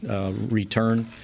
return